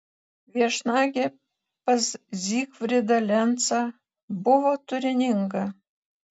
viešnagė pas zygfrydą lencą buvo turininga